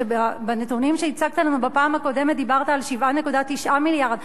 כשבנתונים שהצגת לנו בפעם הקודמת דיברת על 7.9 מיליארד,